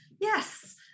yes